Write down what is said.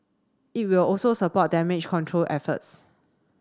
it will also support damage control efforts